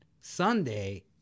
Sunday